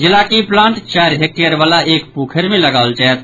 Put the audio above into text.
जिलाक ई प्लांट चारि हेक्टेयर वला एक पोखरि मे लगाओत जायत